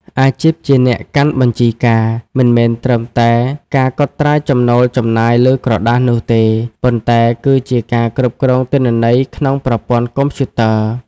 អាជីពជាអ្នកកាន់បញ្ជីការមិនមែនត្រឹមតែការកត់ត្រាចំណូលចំណាយលើក្រដាសនោះទេ ប៉ុន្តែគឺជាការគ្រប់គ្រងទិន្នន័យក្នុងប្រព័ន្ធកុំព្យូទ័រ។